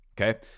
okay